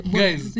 guys